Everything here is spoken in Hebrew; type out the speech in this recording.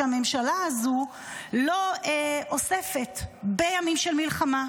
שהממשלה הזו לא אוספת בימים של מלחמה?